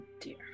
dear